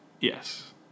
yes